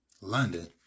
London